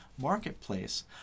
marketplace